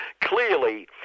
Clearly